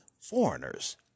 foreigners